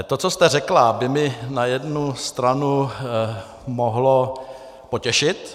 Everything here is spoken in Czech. To, co jste řekla, by mě na jednu stranu mohlo potěšit.